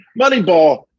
Moneyball